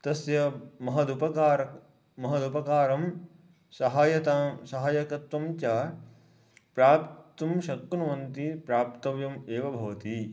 तस्य महदुपकारं महदुपकारं सहाय्यता सहाय्यकत्वं च प्राप्तुं शक्नुवन्ति प्राप्तव्यम् एव भवति